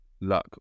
luck